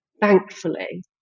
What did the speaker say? Thankfully